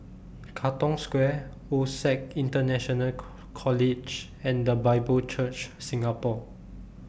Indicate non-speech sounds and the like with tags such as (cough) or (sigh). Katong Square OSAC International (unintelligible) College and The Bible Church Singapore